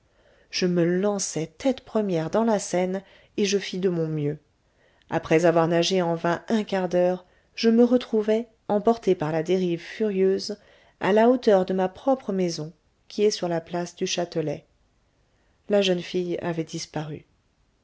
je me lançai tête première dans la seine et je fis de mon mieux après avoir nagé en vain un quart d'heure je me retrouvai emporté par la dérive furieuse à la hauteur de ma propre maison qui est sur la place du châtelet la jeune fille avait disparu